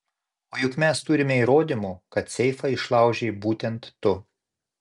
o juk mes turime įrodymų kad seifą išlaužei būtent tu